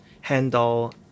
handle